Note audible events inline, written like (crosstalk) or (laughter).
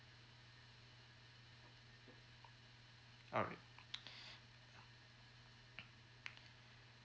alright (breath)